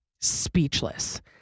speechless